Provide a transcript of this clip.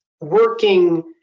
working